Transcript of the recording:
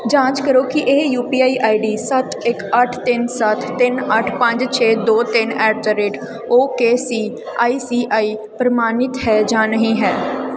ਜਾਂਚ ਕਰੋ ਕੀ ਇਹ U P I I D ਸੱਤ ਇੱਕ ਅੱਠ ਤਿੰਨ ਸੱਤ ਤਿੰਨ ਅੱਠ ਪੰਜ ਛੇ ਦੋ ਤਿੰਨ at the rate O K C I C I ਪ੍ਰਮਾਨਿਤ ਹੈ ਜਾਂ ਨਹੀਂ ਹੈ